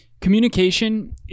Communication